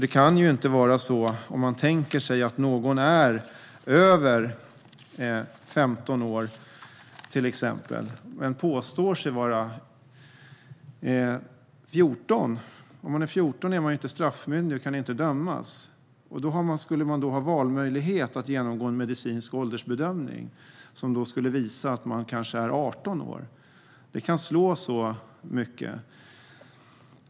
Det kan inte vara så att den som är över 15 år, men påstår sig vara 14 - vid 14 är man inte straffmyndig och kan inte dömas - ska kunna välja att genomgå en medicinsk åldersbedömning, som kan visa att personen är 18 år. Utfallet av bedömningen kan slå så mycket.